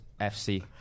FC